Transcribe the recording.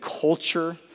culture